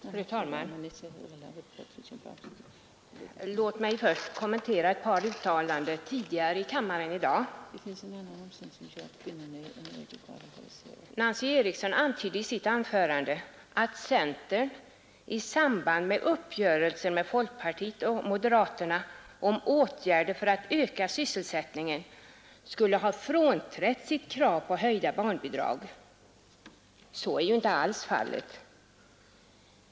Fru talman! Låt mig först kommentera ett par uttalanden tidigare i kammaren i dag. Nancy Eriksson antydde i sitt anförande att centern i samband med uppgörelsen med folkpartiet och moderaterna om åtgärder för att öka sysselsättningen skulle ha frånträtt sitt krav på höjda barnbidrag. Så är ju inte alls fallet.